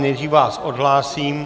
Nejdřív vás odhlásím.